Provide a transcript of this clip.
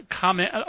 comment